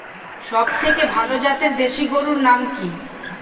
সবথেকে ভালো জাতের দেশি গরুর নাম কি?